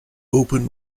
open